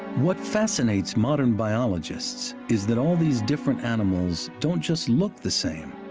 what fascinates modern biologists is that all these different animals don't just look the same,